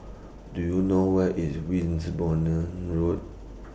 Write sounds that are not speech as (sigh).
Do YOU know Where IS (unintelligible) Road